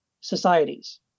societies